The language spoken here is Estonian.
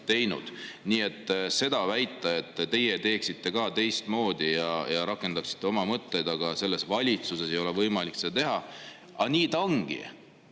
teinud. Nii et väita seda, et teie teeksite ka teistmoodi ja rakendaksite oma mõtteid, aga selles valitsuses ei ole võimalik seda teha – aga nii ongi. Ja